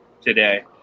today